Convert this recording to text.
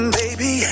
baby